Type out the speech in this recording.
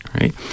right